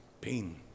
pain